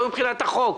לא מבחינת החוק,